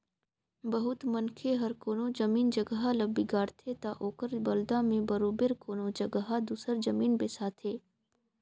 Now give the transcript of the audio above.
बहुत मनखे हर कोनो जमीन जगहा ल बिगाड़थे ता ओकर बलदा में बरोबेर कोनो जगहा दूसर जमीन बेसाथे